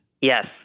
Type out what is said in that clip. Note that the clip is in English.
Yes